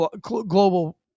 global